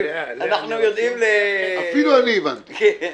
אפילו אני הבנתי.